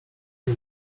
nie